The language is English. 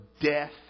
death